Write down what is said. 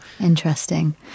Interesting